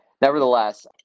nevertheless